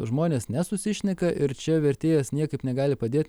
žmonės nesusišneka ir čia vertėjas niekaip negali padėt